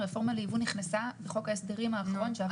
הרפורמה לייבוא נכנסה בחוק ההסדרים האחרון שעבר בתקציב.